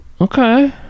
Okay